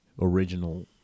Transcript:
original